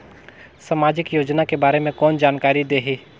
समाजिक योजना के बारे मे कोन जानकारी देही?